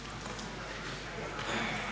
Hvala